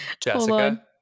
Jessica